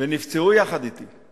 ונפצעו יחד אתי,